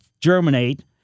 germinate